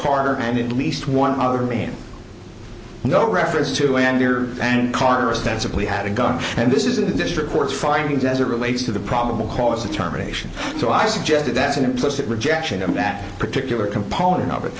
carter and it least one other main no reference to enter and car and then simply had a gun and this is a district court's findings as it relates to the probable cause determination so i suggested that's an implicit rejection of that particular component of it